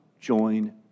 join